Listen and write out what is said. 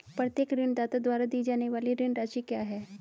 प्रत्येक ऋणदाता द्वारा दी जाने वाली ऋण राशि क्या है?